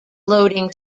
loading